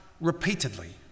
repeatedly